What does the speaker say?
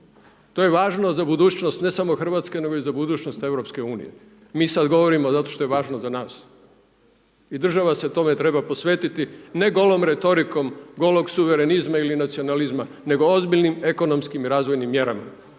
To je važno za budućnost ne samo Hrvatske nego i za budućnost EU. Mi sad govorimo zato što je važno za nas. I država se tome treba posvetiti, ne golom retorikom, golog suverenizma ili nacionalizma nego ozbiljnim ekonomskim razvojnim mjerama